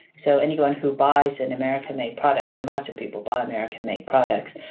so anyone who buys an american-made product, and lots of people buying american-made products,